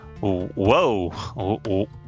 Whoa